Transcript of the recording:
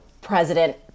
President